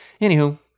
Anywho